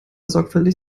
sorgfältig